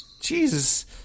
Jesus